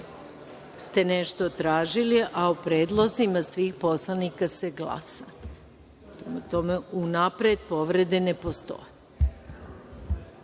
ste nešto tražili, a o predlozima svih poslanika se glasa. Prema tome, unapred povrede ne postoje.